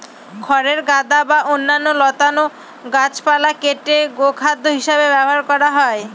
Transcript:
খড়ের গাদা বা অন্যান্য লতানো গাছপালা কেটে গোখাদ্য হিসাবে ব্যবহার করা হয়